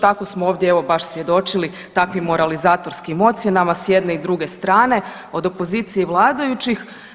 Tako smo ovdje evo baš svjedočili takvim moralizatorskim ocjenama s jedne i druge strane od opozicije i vladajućih.